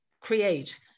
create